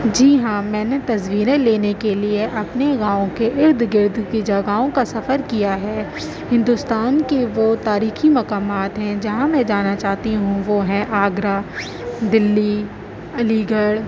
جی ہاں نے تصویریں لینے کے لیے اپنے گاؤں کے ارد گرد کی جگہوں کا سفر کیا ہے ہندوستان کے وہ تاریخی مقامات ہیں جہاں میں جانا چاہتی ہوں وہ ہے آگرہ دلی علی گڑھ